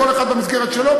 כל אחד למסגרת שלו,